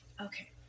Okay